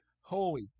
holy